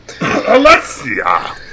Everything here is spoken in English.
Alexia